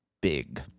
big